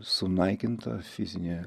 sunaikinta fizinė